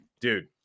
dude